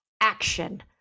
action